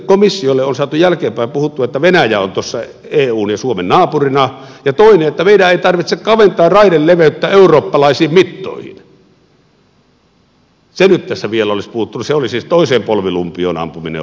komissiolle on saatu jälkeenpäin puhuttua että venäjä on tuossa eun ja suomen naapurina ja toinen on että meidän ei tarvitse kaventaa raideleveyttä eurooppalaisiin mittoihin se nyt tästä vielä olisi puuttunut se olisi siis toiseen polvilumpioon ampuminen ollut